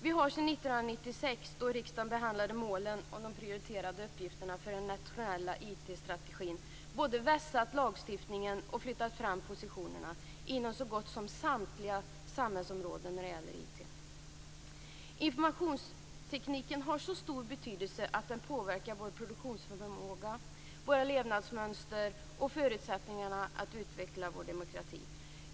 Vi har sedan 1996, då riksdagen behandlade målen om de prioriterade uppgifterna för den nationella IT-strategin, både vässat lagstiftningen och flyttat fram positionerna inom så gott som samtliga samhällsområden när det gäller IT. Informationstekniken har så stor betydelse att den påverkar vår produktionsförmåga, våra levnadsmönster och förutsättningarna att utveckla vår demokrati.